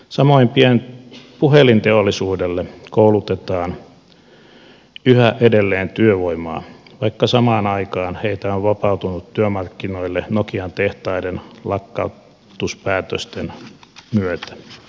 samoin puhelinteollisuudelle koulutetaan yhä edelleen työvoimaa vaikka samaan aikaan heitä on vapautunut työmarkkinoille nokian tehtaiden lakkautuspäätösten myötä